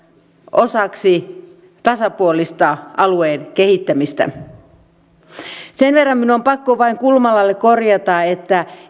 osaksi tasapuolista alueen kehittämistä sen verran minun on on pakko vain kulmalalle korjata että